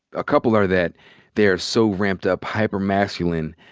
a couple are that they are so ramped up, hyper masculine.